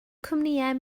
cwmnïau